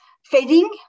fading